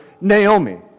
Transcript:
Naomi